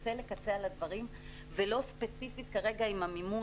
מקצה לקצה על הדברים ולא ספציפית כרגע אם המימון